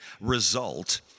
result